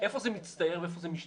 איך זה מצטייר ואיפה זה משתלב?